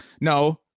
No